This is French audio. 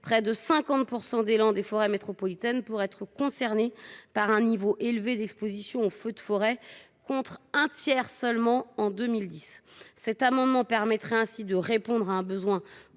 près de 50 % des landes et des forêts métropolitaines pourraient ainsi être concernés par un niveau élevé d’exposition aux feux de forêt, contre un tiers seulement en 2010. L’adoption de cet amendement permettrait donc de répondre à un besoin